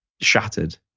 shattered